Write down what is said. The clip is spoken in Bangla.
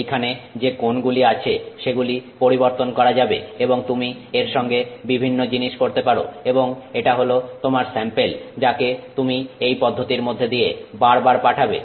এইখানে যে কোণ গুলি আছে সেগুলি পরিবর্তন করা যাবে এবং তুমি এর সঙ্গে বিভিন্ন জিনিস করতে পারো এবং এটা হল তোমার স্যাম্পেল যাকে তুমি এই পদ্ধতির মধ্য দিয়ে বার বার পাঠাবে